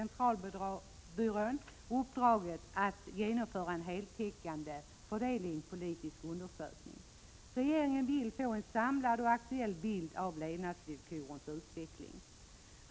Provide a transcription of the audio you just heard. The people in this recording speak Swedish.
1987/88:31 centralbyrån fått i uppdrag att genomföra en heltäckande fördelningspolitisk 25 november 1987 undersökning. Regeringen vill få en samlad och aktuell bild av levnadsvillko= = dd sp rens utveckling.